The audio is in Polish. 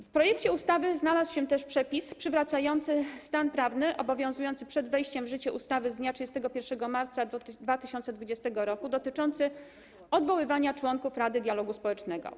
W projekcie ustawy znalazł się też przepis przywracający stan prawny obowiązujący przed wejściem w życie ustawy z dnia 31 marca 2020 r. dotyczący odwoływania członków Rady Dialogu Społecznego.